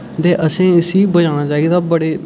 ते असें इसी बचाना चाहिदा बड़े